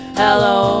hello